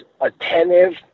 attentive